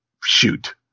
shoot